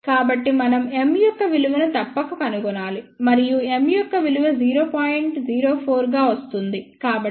కాబట్టి మనం M యొక్క విలువను తప్పక కనుగొనాలి మరియు M యొక్క విలువ 0